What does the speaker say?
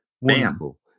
Wonderful